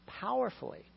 powerfully